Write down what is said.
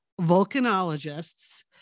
volcanologists